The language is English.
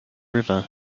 river